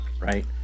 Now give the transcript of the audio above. right